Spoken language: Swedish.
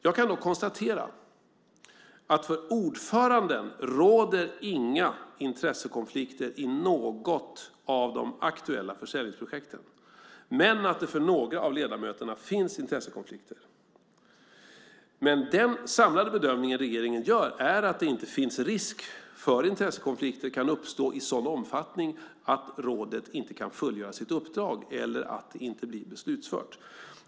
Jag kan då konstatera att det för ordföranden inte råder intressekonflikter i något av de aktuella försäljningsprojekten men att det för några av ledamöterna finns intressekonflikter. Men den samlade bedömning som regeringen gör är att det inte finns risk för att intressekonflikter kan uppstå i sådan omfattning att rådet inte kan fullgöra sitt uppdrag eller att det inte blir beslutsfört.